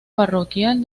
parroquial